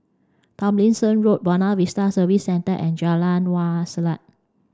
Tomlinson Road Buona Vista Service Centre and Jalan Wak Selat